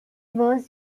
was